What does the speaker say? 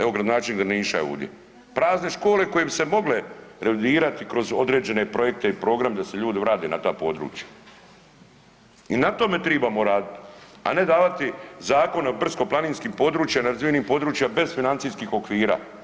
Evo gradonačelnik Drniša je ovdje, prazne škole koje bi se mogle revidirati kroz određene projekte i programe da se ljudi vrate na ta područja i na tome tribamo raditi, a ne davati zakone o brdsko-planinskim područjima, nerazvijenih područja bez financijskih okvira.